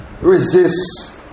resist